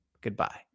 goodbye